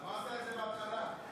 אמרת את זה בהתחלה.